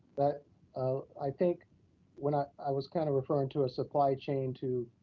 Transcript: but i think when i i was kind of referring to a supply chain to